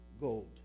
gold